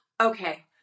Okay